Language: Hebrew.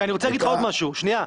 ואני רוצה להגיד לך עוד משהו שנייה,